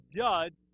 judge